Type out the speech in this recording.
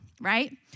right